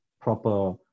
proper